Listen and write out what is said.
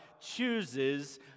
chooses